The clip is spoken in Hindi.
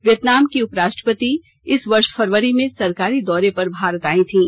वियतनाम की उपराष्ट्रपति इस वर्ष फरवरी में सरकारी दौरे पर भारत आई थीं